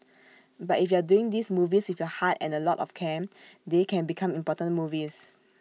but if you're doing these movies with your heart and A lot of care they can become important movies